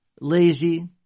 lazy